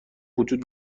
وجود